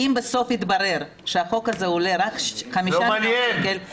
אם בסוף יתברר שהחוק הזה עולה רק 5 מיליון שקל -- לא מעניין.